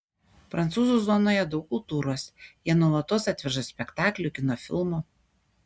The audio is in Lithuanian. prancūzų zonoje daug kultūros jie nuolatos atveža spektaklių kino filmų